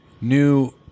new